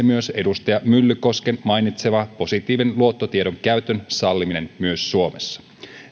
myös edustaja myllykosken mainitsema positiivisen luottotiedon käytön salliminen myös suomessa